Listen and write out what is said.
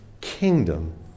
kingdom